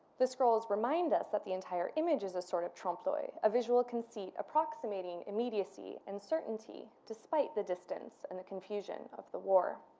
the scrolls remind us that the entire image is a sort of trompe l'oeil, a a visual conceit approximating immediacy and certainty despite the distance and the confusion of the war.